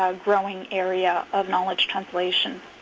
ah growing area of knowledge translation.